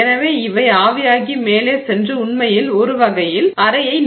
எனவே இவை ஆவியாகி மேலே சென்று உண்மையில் ஒரு வகையில் கலனை அறையை நிரப்புகின்றன